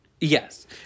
Yes